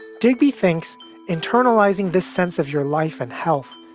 digby thinks internalizing this sense of your life and health,